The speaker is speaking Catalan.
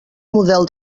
model